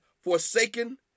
forsaken